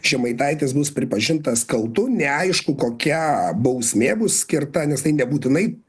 žemaitaitis bus pripažintas kaltu neaišku kokia bausmė bus skirta nes tai nebūtinai